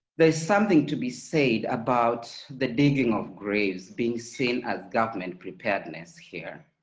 there is something to be said about the digging of graves being seen as government preparedness here.